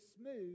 smooth